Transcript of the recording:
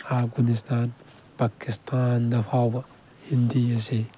ꯑꯐꯒꯥꯅꯤꯁꯇꯥꯟ ꯄꯥꯀꯤꯁꯇꯥꯟꯗ ꯐꯥꯎꯕ ꯍꯤꯟꯗꯤ ꯑꯁꯦ